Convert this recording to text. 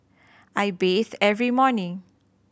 I bathe every morning